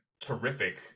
terrific